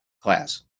class